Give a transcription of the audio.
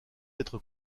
être